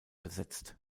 besetzt